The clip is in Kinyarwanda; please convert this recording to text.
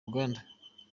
uganda